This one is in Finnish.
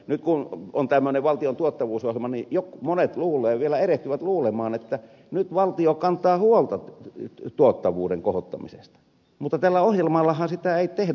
nyt kun on tämmöinen valtion tuottavuusohjelma niin monet vielä erehtyvät luulemaan että nyt valtio kantaa huolta tuottavuuden kohottamisesta mutta tällä ohjelmallahan sitä ei tehdä